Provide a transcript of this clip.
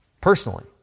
Personally